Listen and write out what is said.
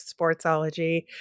sportsology